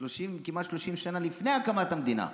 כמעט 30 שנה לפני הקמת המדינה.